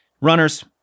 Runners